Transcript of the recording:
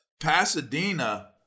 Pasadena